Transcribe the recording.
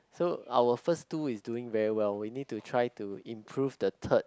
so our first two is doing very well we need to try to improve the third